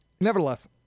nevertheless